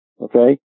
Okay